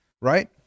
right